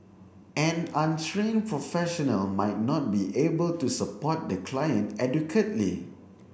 an untrained professional might not be able to support the client adequately